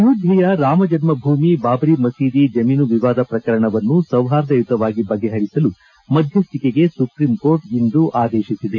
ಅಯೋಧ್ಯೆಯ ರಾಮ ಜನ್ಮ ಭೂಮಿ ಬಾಬರಿ ಮಸೀದಿ ಜಮೀನು ವಿವಾದ ಪ್ರಕರಣವನ್ನು ಸೌಹಾರ್ದಯುತವಾಗಿ ಬಗೆಹರಿಸಲು ಮಧ್ಯಸ್ವಿಕೆಗೆ ಸುಪ್ರೀಂಕೋರ್ಟ್ ಇಂದು ಆದೇಶಿಸಿದೆ